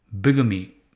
bigamy